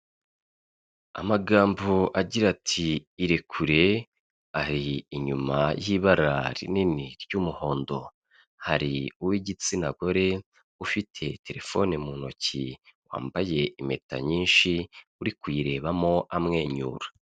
Amagambo agira ati: "irekure", ari inyuma y'ibara rinini ry'umuhondo. Hari uw'igitsina gore ufite telefone mu ntoki, wambaye impeta nyinshi, uri kuyirebamo amwenyura.